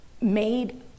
made